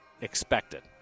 expected